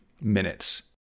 minutes